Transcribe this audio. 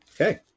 okay